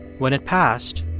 when it passed,